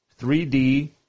3D